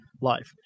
life